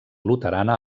luterana